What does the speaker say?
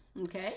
Okay